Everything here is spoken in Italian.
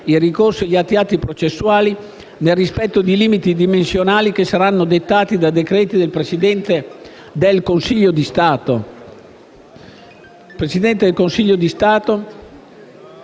il ricorso e gli altri atti processuali nel rispetto di limiti dimensionali che saranno dettati da decreti del Presidente del Consiglio di Stato,